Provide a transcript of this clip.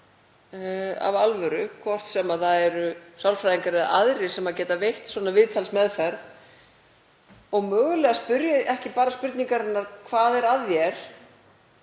af alvöru, hvort sem það eru sálfræðingar eða aðrir sem geta veitt viðtalsmeðferð, og mögulega spyrji ekki bara spurningarinnar: Hvað er að þér,